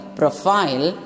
profile